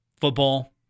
football